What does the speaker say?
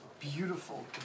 beautiful